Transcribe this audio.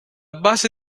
base